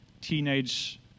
teenage